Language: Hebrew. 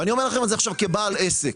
ואני אומר לכם את זה עכשיו כבעל עסק,